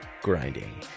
grinding